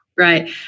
Right